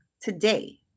today